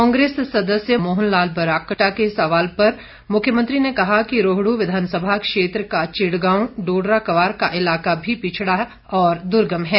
कांग्रेस सदस्य मोहन लाल ब्राक्टा के सवाल पर मुख्यमंत्री ने कहा कि रोहड् विधानसभा क्षेत्र का चिड़गांव डोडरा क्वार का इलाका भी पिछड़ा और दुर्गम है